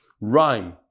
rhyme